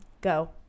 go